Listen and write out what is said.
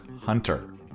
Hunter